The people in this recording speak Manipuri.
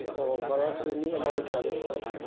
ꯑꯣ ꯕꯔꯥꯁꯤ ꯃꯤ ꯑꯃꯗ ꯀꯌꯥꯅꯤ ꯍꯥꯏꯕ